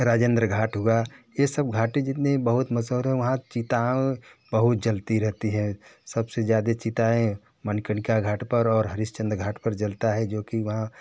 राजेंद्र घाट हुआ यह सब घाट जितने मशहूर हैं वहाँ चिताएँ बहुत जलती रहती हैं सबसे ज़्यादा चिताएँ मणिकर्णिका घाट पर और हरिश्चंद्र घाट पर जलता है जो कि वहाँ